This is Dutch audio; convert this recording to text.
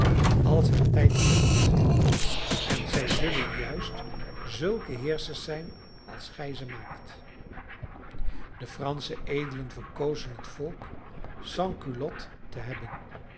als haar tijd komt en zij zullen juist zulke heerschers zijn als gij ze maakt de fransche edelen verkozen het volk sans culotte te hebben